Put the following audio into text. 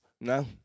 No